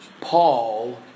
Paul